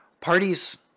parties